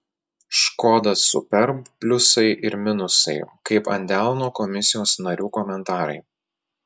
škoda superb pliusai ir minusai kaip ant delno komisijos narių komentarai